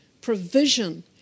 provision